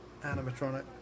Animatronic